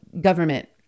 government